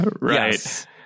Right